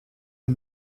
are